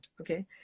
Okay